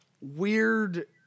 weird